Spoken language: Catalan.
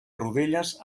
rodelles